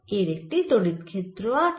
এর একটি তড়িৎ ক্ষেত্র আছে